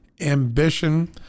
ambition